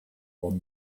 one